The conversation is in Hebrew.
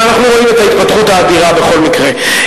אבל אנחנו רואים את ההתפתחות האדירה בכל מקרה.